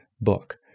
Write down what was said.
book